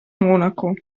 monaco